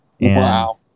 Wow